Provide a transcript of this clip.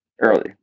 Early